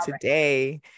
today